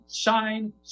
shine